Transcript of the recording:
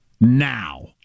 now